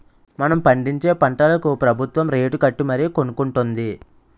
మనం పండించే పంటలకు ప్రబుత్వం రేటుకట్టి మరీ కొనుక్కొంటుంది